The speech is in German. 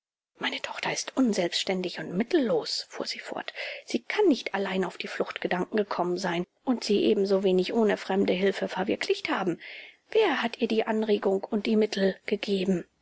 meine tochter ist unselbständig und mittellos fuhr sie fort sie kann nicht allein auf die fluchtgedanken gekommen sein und sie ebensowenig ohne fremde hilfe verwirklicht haben wer hat ihr die anregung und die mittel gegeben